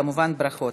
כמובן, ברכות.